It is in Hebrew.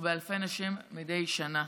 ובאלפי נשים מדי שנה.